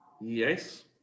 Yes